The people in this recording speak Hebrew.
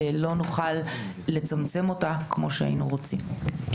ולא נוכל לצמצם אותה כמו שהיינו רוצים.